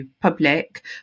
public